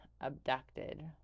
abducted